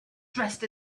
dressed